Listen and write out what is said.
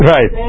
Right